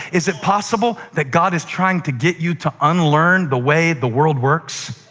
is it possible that god is trying to get you to unlearn the way the world works